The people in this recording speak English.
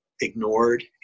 ignored